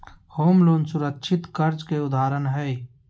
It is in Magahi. होम लोन सुरक्षित कर्ज के उदाहरण हय